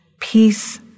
peace